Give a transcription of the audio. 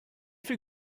viel